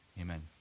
Amen